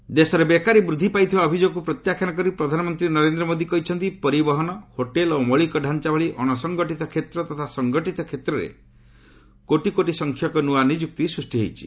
PM Lok Sabha ଦେଶରେ ବେକାରୀ ବୃଦ୍ଧି ପାଇଥିବା ଅଭିଯୋଗକୁ ପ୍ରତ୍ୟାଖ୍ୟାନ କରି ପ୍ରଧାନମନ୍ତ୍ରୀ ନରେନ୍ଦ୍ର ମୋଦି କହିଛନ୍ତି ପରିବହନ ହୋଟେଲ୍ ଓ ମୌଳିକ ଚାଞ୍ଚା ଭଳି ଅଣସଙ୍ଗଠିତ କ୍ଷେତ୍ର ତଥା ସଙ୍ଗଠିତ କ୍ଷେତ୍ରରେ କୋଟି କୋଟି ସଂଖ୍ୟକ ନୂଆ ନିଯୁକ୍ତି ସୃଷ୍ଟି ହୋଇଛି